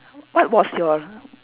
what was your